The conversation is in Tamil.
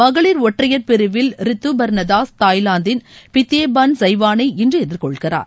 மகளில் ஒற்றையர் பிரிவில் ரித்துபர்ண தாஸ் தாய்வாந்தின் பித்தெயபார்ன் சைவானை இன்று எதிர்கொள்கிறார்